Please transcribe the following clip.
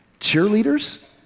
cheerleaders